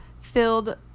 filled